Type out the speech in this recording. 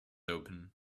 open